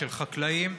של חקלאים,